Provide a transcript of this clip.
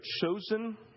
chosen